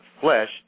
flesh